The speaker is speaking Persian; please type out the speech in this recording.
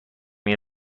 این